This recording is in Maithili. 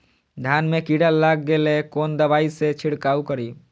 धान में कीरा लाग गेलेय कोन दवाई से छीरकाउ करी?